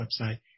website